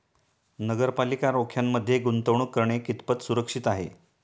नगरपालिका रोख्यांमध्ये गुंतवणूक करणे कितपत सुरक्षित आहे?